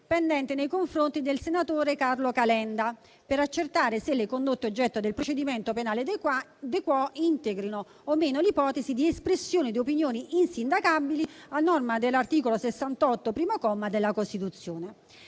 pendente nei confronti del senatore Carlo Calenda per accertare se le condotte oggetto del procedimento penale *de quo* integrino o meno l'ipotesi di espressione di opinioni insindacabili a norma dell'articolo 68, primo comma, della Costituzione.